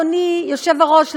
אדוני היושב-ראש,